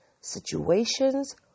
situations